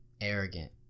arrogant